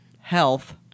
health